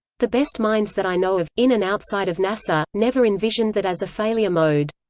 the best minds that i know of, in and outside of nasa, never envisioned that as a failure mode.